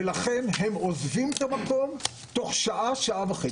ולכן הם עוזבים את המקום תוך שעה-שעה וחצי.